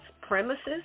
premises